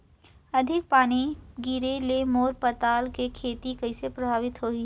अधिक पानी गिरे ले मोर पताल के खेती कइसे प्रभावित होही?